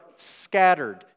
scattered